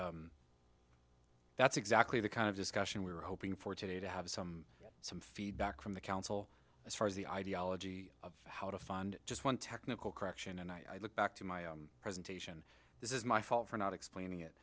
think that's exactly the kind of discussion we were hoping for today to have some some feedback from the council as far as the ideology of how to fund just one technical correction and i look back to my presentation this is my fault for not explaining it